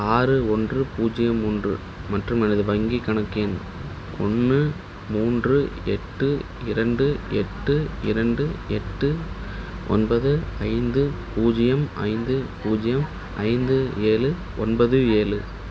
ஆறு ஒன்று பூஜ்ஜியம் ஒன்று மற்றும் எனது வங்கி கணக்கு எண் ஒன்று மூன்று எட்டு இரண்டு எட்டு இரண்டு எட்டு ஒன்பது ஐந்து பூஜ்ஜியம் ஐந்து பூஜ்ஜியம் ஐந்து ஏழு ஒன்பது ஏழு